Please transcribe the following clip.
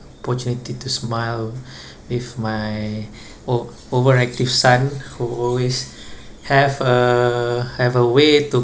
opportunity to smile with my o~ overactive son who always have a have a way to